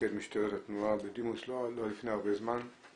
מפקד משטרת התנועה בדימוס, עד לא לפני הרבה זמן.